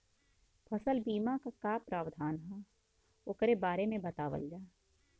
फसल बीमा क का प्रावधान हैं वोकरे बारे में बतावल जा?